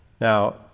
Now